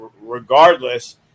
regardless